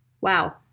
Wow